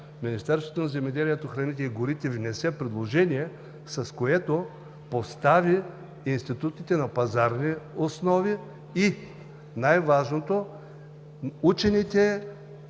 Министерството на земеделието, храните и горите внесе предложение, с което постави институтите на пазарни основи. И най-важното – учените